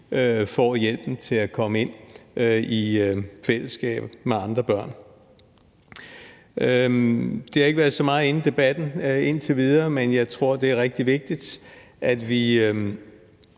får hjælp til at komme ind i fællesskaber med andre børn Det har ikke været så meget inde i debatten indtil videre, men jeg tror, det er rigtig vigtigt, at vi